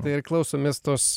tai ir klausomės tos